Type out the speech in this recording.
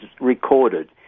recorded